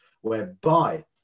whereby